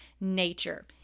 nature